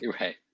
right